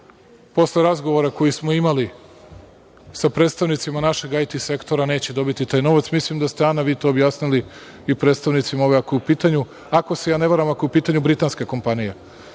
posle razgovora koji smo imali sa predstavnicima našeg IT sektora, neće dobiti taj novac. Mislim da ste, Ana, vi to objasnili i predstavnicima, ako se ja ne varam, ako je u pitanju britanska kompanija.